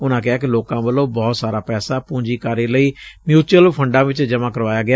ਉਨਾਂ ਕਿਹਾ ਕਿ ਲੋਕਾਂ ਵੱਲੋਂ ਬਹੁਤ ਸਾਰਾ ਪੈਸਾ ਪੁੰਜੀਕਾਰੀ ਲਈ ਮਿਉਚਿਉਲ ਫੰਡਾਂ ਵਿਚ ਜਮ਼ਾਂ ਕਰਵਾਇਆ ਗਿਆ